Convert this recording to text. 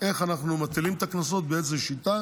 איך אנחנו מטילים את הקנסות, באיזו שיטה